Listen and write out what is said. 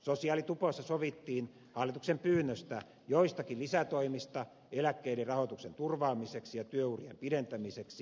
sosiaalitupossa sovittiin hallituksen pyynnöstä joistakin lisätoimista eläkkeiden rahoituksen turvaamiseksi ja työurien pidentämiseksi